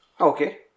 Okay